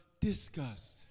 disgust